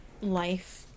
life